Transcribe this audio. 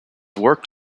worked